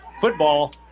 football